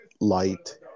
light